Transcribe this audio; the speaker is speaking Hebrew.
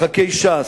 לח"כי ש"ס,